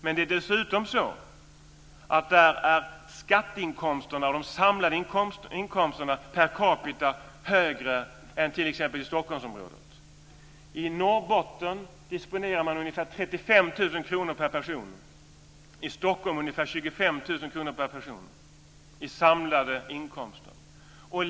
Men det är dessutom så att där är skatteinkomsterna och de samlade inkomsterna per capita högre än i t.ex. Stockholmsområdet. I Norrbotten disponerar man ungefär 35 000 kr per person och i Stockholm ungefär 25 000 kr per person i samlade inkomster.